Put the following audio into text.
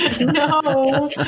no